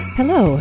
Hello